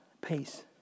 peace